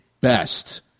best